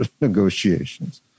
negotiations